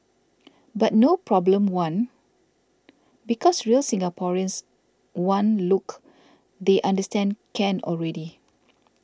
but no problem one because real Singaporeans one look they understand can already